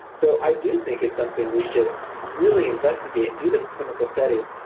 so i do think it's something we should really investigate and do the clinical studies,